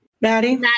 Maddie